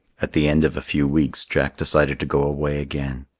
at the end of a few weeks jack decided to go away again.